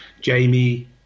Jamie